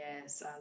Yes